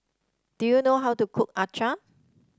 do you know how to cook acar